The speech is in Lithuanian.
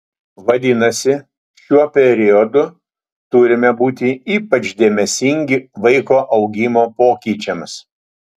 vadinasi šiuo periodu turime būti ypač dėmesingi vaiko augimo pokyčiams